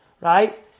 right